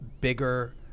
bigger –